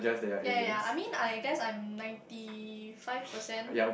ya ya ya I mean I guess I'm ninety five percent